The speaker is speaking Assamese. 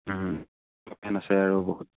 লফেন আছে আৰু বহুত